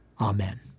Amen